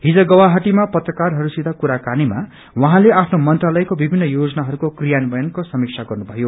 हिज गुवाहाटीमा पत्रकारहस्सित कुराकानीमा उहाँले आफ्नो मंत्रालयको विभिन्न योजनाहस्को क्रियान्वयनको समीक्षा गर्न भयो